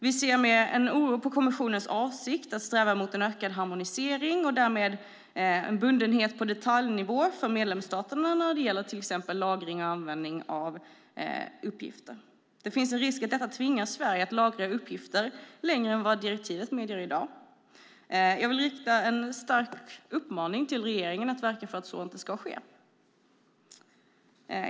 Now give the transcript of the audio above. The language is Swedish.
Vi ser med oro på kommissionens avsikt att sträva mot en ökad harmonisering och därmed bundenhet på detaljnivå för medlemsstaterna när det till exempel gäller lagring och användning av uppgifter. Det finns en risk att detta tvingar Sverige att lagra uppgifter längre än vad direktivet medger i dag. Jag vill rikta en stark uppmaning till regeringen att verka för att så inte ska ske.